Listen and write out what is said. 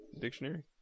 dictionary